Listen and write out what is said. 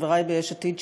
חברי מיש עתיד,